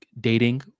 dating